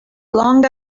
long